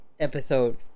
Episode